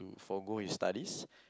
forgo his studies